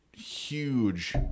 Huge